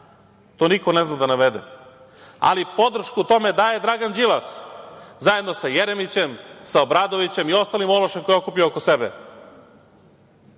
To niko ne zna da navede, ali podršku tome daje Dragan Đilas zajedno sa Jeremićem, sa Obradovićem i ostalim ološem koji je okupio oko